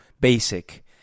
basic